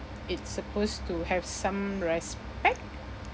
it's supposed to have some respect